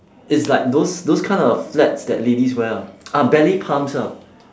it's like those those kind of flats that ladies wear lah uh ballet pumps ah